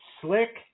Slick